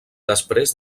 després